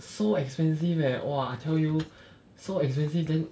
so expensive leh !wah! I tell you so expensive then